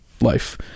life